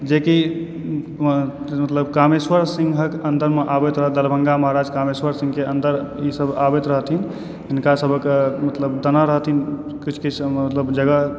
जेकिमतलब कामेश्वर सिंहक अन्दरमे आबैत रहय दरभङ्गा महराज कामेश्वर सिंहके अन्दर ई सभ आबैत रहथिन तिनका सभक मतलब देने रहथिन किछु किछु मतलब जगह